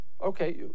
Okay